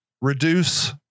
reduce